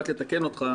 רק לתקן אותך,